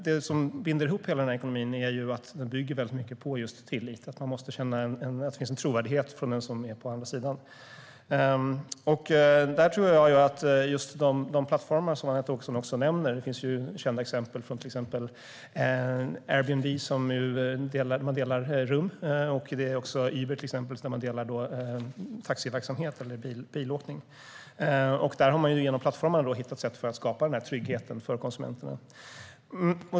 Det som binder ihop hela ekonomin är att den mycket bygger på just tillit, att det finns en trovärdighet hos den som är på andra sidan. Anette Åkesson nämner plattformar. Det finns kända exempel som Airbnb, där man delar rum, och Uber, där man delar bilåkning. Där har man genom plattformar hittat sätt för att skapa trygghet för konsumenterna.